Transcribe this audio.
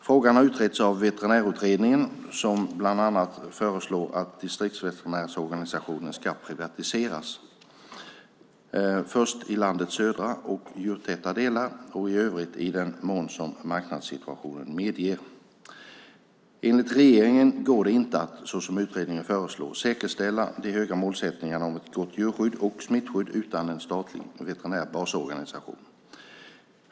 Frågan har utretts av Veterinärutredningen som bland annat föreslår att distriktsveterinärsorganisationen ska privatiseras, först i landets södra och djurtäta delar och i övrigt i den mån som marknadssituationen medger. Enligt regeringen går det inte att, såsom utredningen föreslår, säkerställa de höga målsättningarna om ett gott djurskydd och smittskydd utan en statlig veterinär basorganisation.